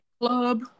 club